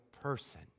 person